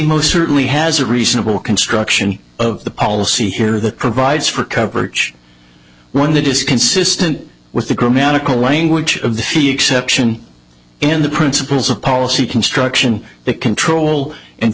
most certainly has a reasonable construction of the policy here that provides for coverage one that is consistent with the grammatical language of the fi exception in the principles of policy construction that control